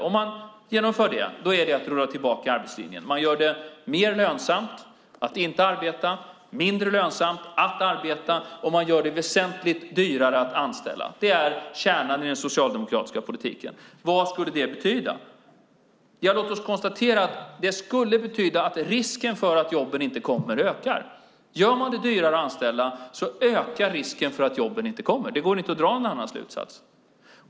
Om man genomför det är det att rulla tillbaka arbetslinjen. Man gör det mer lönsamt att inte arbeta, mindre lönsamt att arbeta och väsentligt dyrare att anställa. Det är kärnan i den socialdemokratiska politiken. Vad skulle det betyda? Ja, låt oss konstatera att det skulle betyda att risken ökar för att jobben inte kommer. Gör man det dyrare att anställa ökar risken för att jobben inte kommer. Det går inte att dra någon annan slutsats.